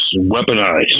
weaponized